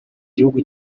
gihugu